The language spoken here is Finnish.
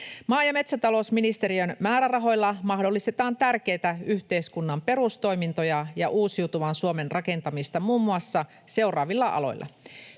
Maa- ja metsätalousministeriön määrärahoilla mahdollistetaan tärkeitä yhteiskunnan perustoimintoja ja uusiutuvan Suomen rakentamista muun muassa seuraavilla aloilla: